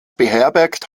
beherbergt